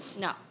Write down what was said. No